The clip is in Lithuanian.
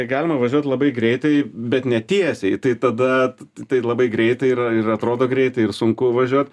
galima važiuot labai greitai bet netiesiai tai tada tai labai greitai ir ir atrodo greitai ir sunku važiuot